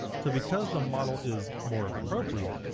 so because the model is more appropriate,